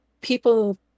people